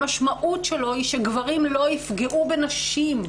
המשמעות שלו היא שגברים לא יפגעו בנשים,